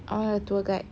I want a tour guide